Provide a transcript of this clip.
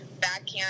backhand